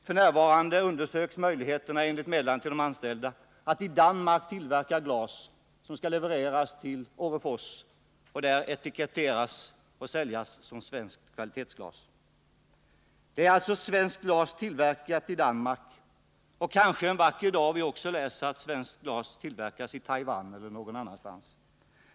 F. n. undersöks, enligt meddelande till de anställda, möjligheterna att i Danmark tillverka glas som skall levereras till Orrefors och där etiketteras Nr 41 för att säljas som svenskt kvalitetsglas. Kanske vi en vacker dag också får läsa Fredagen den att svenskt glas tillverkas i Taiwan eller någon annanstans.